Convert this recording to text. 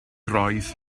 roedd